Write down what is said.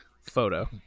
photo